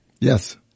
Yes